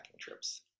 trips